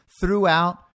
throughout